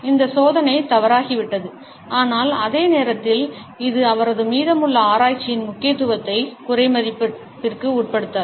இந்த சோதனை தவறாகிவிட்டது ஆனால் அதே நேரத்தில் இது அவரது மீதமுள்ள ஆராய்ச்சியின் முக்கியத்துவத்தை குறைமதிப்பிற்கு உட்படுத்தாது